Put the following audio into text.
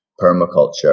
permaculture